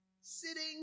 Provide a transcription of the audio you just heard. sitting